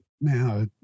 now